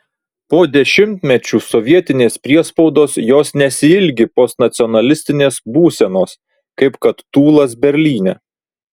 po dešimtmečių sovietinės priespaudos jos nesiilgi postnacionalinės būsenos kaip kad tūlas berlyne